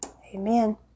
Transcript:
Amen